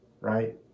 right